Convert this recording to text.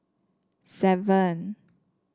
seven